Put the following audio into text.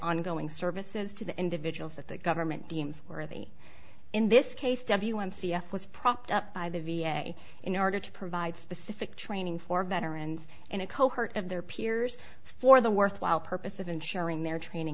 ongoing services to the individuals that the government deems worthy in this case w m c f was propped up by the v a in order to provide specific training for veterans and a cohort of their peers for the worthwhile purpose of ensuring their training